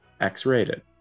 x-rated